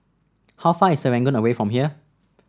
how far is Serangoon away from here